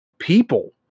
People